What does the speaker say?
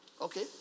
okay